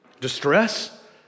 distress